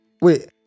Wait